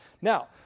Now